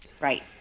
right